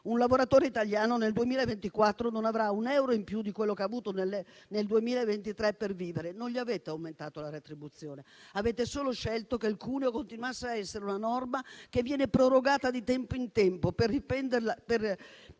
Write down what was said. Un lavoratore italiano nel 2024 non avrà un euro in più di quello che ha avuto nel 2023 per vivere. Non gli avete aumentato la retribuzione: avete solo scelto che il cuneo continuasse a essere una norma che viene prorogata di tempo in tempo, per rivenderla ogni volta,